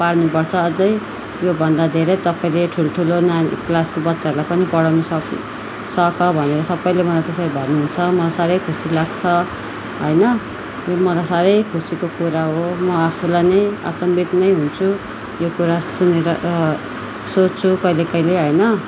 पार्नु पर्छ अझ यो भन्दा धेरै तपाईँले ठुल्ठुलो नानी क्लासको बच्चाहरूलाई पनि पढाउन सक सक भनेर सबैले मलाई त्यसरी भन्नु हुन्छ म साह्रै खुसी लाग्छ होइन म त साह्रै खुसीको कुरा हो म आफूलाई नै अचम्भित नै हुन्छु यो कुरा सुनेर सोच्छु कहिले कहिले होइन